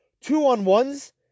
two-on-ones